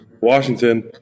Washington